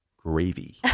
gravy